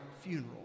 funeral